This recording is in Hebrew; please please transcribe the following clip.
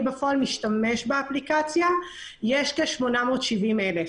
הוא כ-870,000.